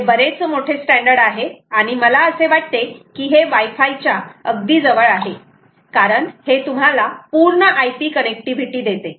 हे बरेच मोठे स्टॅंडर्ड आहे आणि मला असे वाटते की हे वाय फाय च्या अगदी जवळ आहे कारण हे तुम्हाला पूर्ण IP कनेक्टिव्हिटी देते